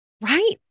right